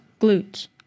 Glutes